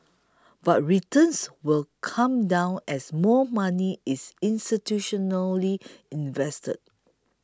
but returns will come down as more money is institutionally invested